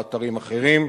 ואתרים אחרים,